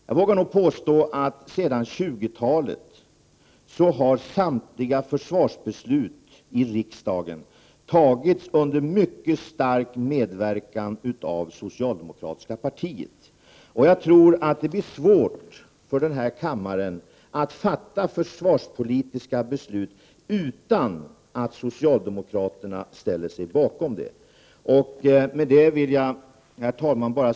Jag vågar påstå att sedan 20-talet har samtliga försvarsbeslut i riksdagen fattats under mycket stark medverkan av socialdemokratiska partiet. Jag tror att det blir svårt för den här kammaren att fatta försvarspolitiska beslut utan att socialdemokraterna ställer sig bakom dem. Herr talman!